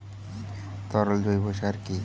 তরল জৈব সার কি?